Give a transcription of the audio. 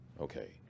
okay